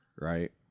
right